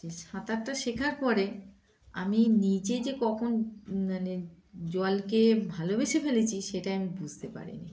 যে সাঁতারটা শেখার পরে আমি নিজে যে কখন মানে জলকে ভালোবেসে ফেলেছি সেটা আমি বুঝতে পারিনি